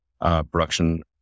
production